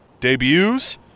Debuts